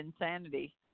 insanity